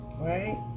right